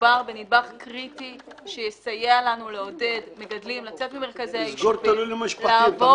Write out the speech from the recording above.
מדובר בנדבך קריטי שיסייע לנו לעודד מגדלים לצאת ממרכזי היישובים.